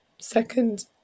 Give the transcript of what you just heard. second